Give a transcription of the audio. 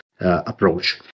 approach